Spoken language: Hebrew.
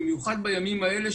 במיוחד בימים האלה,